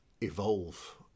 evolve